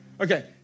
okay